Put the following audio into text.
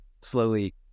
slowly